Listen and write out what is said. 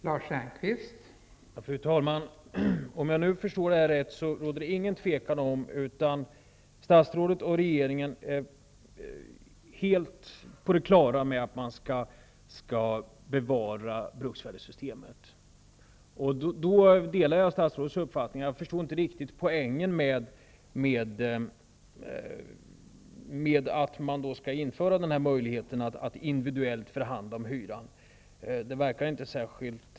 Fru talman! Om jag förstår detta rätt råder det inget tvivel om att statsrådet och regeringen är helt på det klara med att man skall bevara bruksvärdessystemet. Då delar jag statsrådets uppfattning. Jag förstår inte riktigt poängen med att man skall införa möjlighet att individuellt förhandla om hyran.